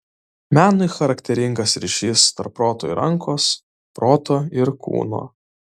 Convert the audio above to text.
menui charakteringas ryšys tarp proto ir rankos proto ir kūno